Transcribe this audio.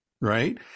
right